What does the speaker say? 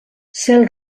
cel